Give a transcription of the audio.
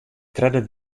tredde